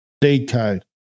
decode